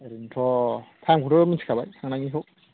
ओरैनोथ' टाइमखौथ' मिनथिखाबाय थांनायनिखौ